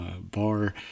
bar